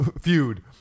Feud